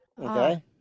Okay